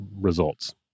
results